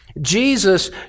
Jesus